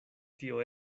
tio